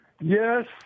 Yes